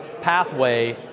pathway